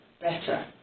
better